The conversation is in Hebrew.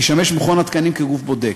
ישמש מכון התקנים כגוף בודק.